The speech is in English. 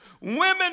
Women